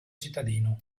cittadino